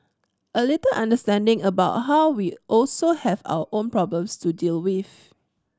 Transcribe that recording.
a little understanding about how we also have our own problems to deal with